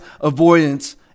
avoidance